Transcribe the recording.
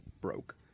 broke